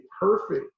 perfect